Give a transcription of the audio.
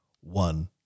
One